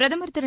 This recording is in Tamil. பிரதமர் திரு